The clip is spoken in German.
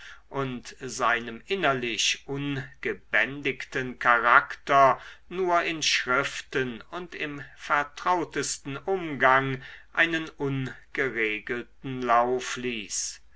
und seinem innerlich ungebändigten charakter nur in schriften und im vertrautesten umgang einen ungeregelten lauf ließ